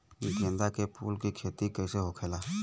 गेंदा के फूल की खेती कैसे होखेला?